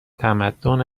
تمدن